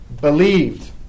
believed